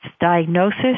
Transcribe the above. diagnosis